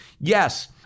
Yes